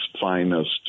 finest